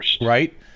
right